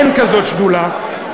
אין כזאת שדולה,